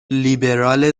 لیبرال